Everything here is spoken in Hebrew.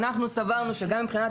אנחנו סברנו שגם מבחינת